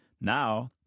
Now